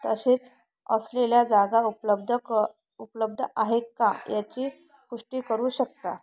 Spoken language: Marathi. तसेच असलेल्या जागा उपलब्ध क उपलब्ध आहेत का याची पुष्टी करू शकता